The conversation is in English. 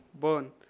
burn